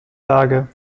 lage